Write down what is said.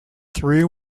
three